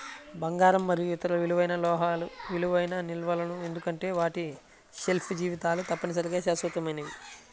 బంగారం మరియు ఇతర విలువైన లోహాలు విలువైన నిల్వలు ఎందుకంటే వాటి షెల్ఫ్ జీవితాలు తప్పనిసరిగా శాశ్వతమైనవి